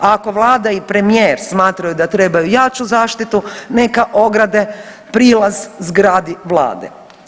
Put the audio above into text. A ako vlada i premijer smatraju da trebaju jaču zaštitu neka ograde prilaz zgradi vlade.